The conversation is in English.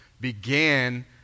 began